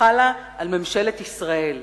חלה על ממשלת ישראל.